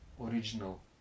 original